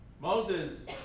Moses